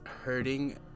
hurting